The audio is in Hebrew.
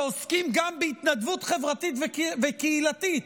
שעוסקים גם בהתנדבות חברתית וקהילתית,